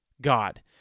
God